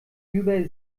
über